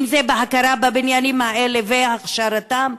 אם זה בהכרה בבניינים האלה והכשרתם,